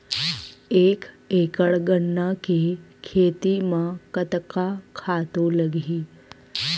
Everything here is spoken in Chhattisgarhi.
एक एकड़ गन्ना के खेती म कतका खातु लगही?